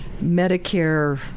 Medicare